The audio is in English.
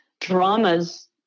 dramas